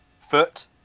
Foot